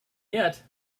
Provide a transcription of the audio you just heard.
yet